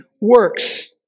works